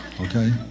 okay